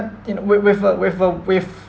with uh with uh with